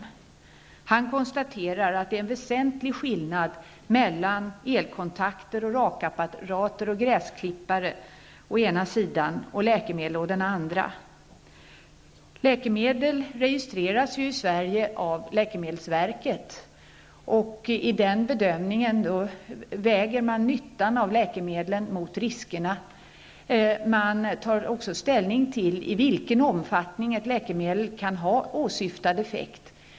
Professor Dukes konstaterade också att det är en väsentlig skillnad mellan elkontakter, rakapparater och gräsklippare å ena sidan och läkemedel å andra sidan. I Sverige registreras läkemedel av läkemedelsverket, som i sin bedömning väger nyttan av läkemedel mot riskerna. Verket tar även ställning till i vilken omfattning ett läkemedel kan ha åsyftad effekt.